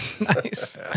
Nice